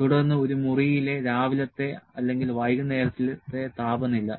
തുടർന്ന് ഒരു മുറിയിലെ രാവിലത്തെ അല്ലെങ്കിൽ വൈകുന്നേരത്തെ താപനില